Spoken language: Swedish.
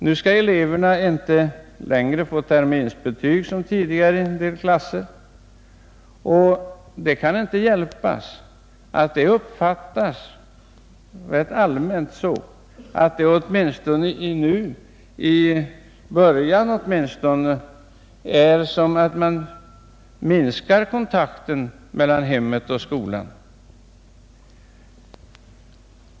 Nu skall eleverna i en del klasser inte som tidigare få terminsbetyg, och det kan inte hjälpas att detta rätt allmänt — åtminstone nu i början — uppfattas som en minskning av kontakten mellan hemmet och skolan.